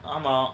ஆமா:aama